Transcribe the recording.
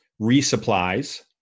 resupplies